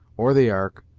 or the ark,